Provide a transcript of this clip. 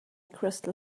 crystal